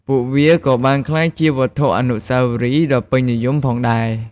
ពួកវាក៏បានក្លាយជាវត្ថុអនុស្សាវរីយ៍ដ៏ពេញនិយមផងដែរ។